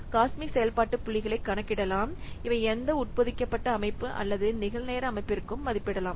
COSMIC செயல்பாட்டு புள்ளிகளைக் கணக்கிடலாம் இவை எந்த உட்பொதிக்கப்பட்ட அமைப்பு அல்லது நிகழ் நேர அமைப்பிற்கும் மதிப்பிடலாம்